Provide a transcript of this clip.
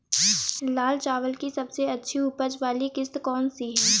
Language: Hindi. लाल चावल की सबसे अच्छी उपज वाली किश्त कौन सी है?